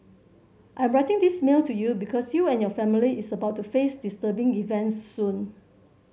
I'm writing this mail to you because you and your family is about to face disturbing events soon